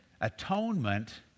atonement